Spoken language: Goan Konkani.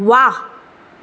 व्वा